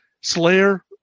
Slayer